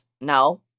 no